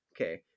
Okay